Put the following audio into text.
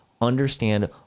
understand